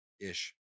ish